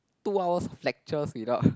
two hours of lectures without